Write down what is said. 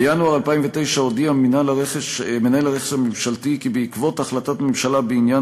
בינואר 2009 הודיע מינהל הרכש הממשלתי כי בעקבות החלטת ממשלה בעניין